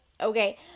okay